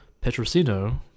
Petrosino